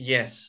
Yes